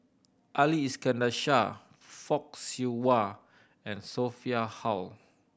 Ali Iskandar Shah Fock Siew Wah and Sophia Hull